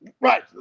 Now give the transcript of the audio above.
Right